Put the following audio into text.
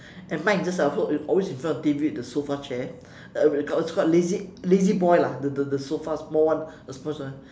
and mine is just always in front of the T_V the sofa chair it's called lazy lazy boy lah the the the sofa small one the small one